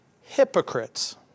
hypocrites